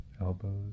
elbows